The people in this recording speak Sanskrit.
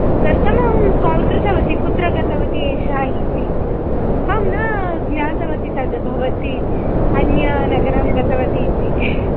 तदर्थमहं काल् कृतवती कुत्र गतवती एषा इति अं न ज्ञातवती तद् भवती अन्यन्नगरं गतवती इति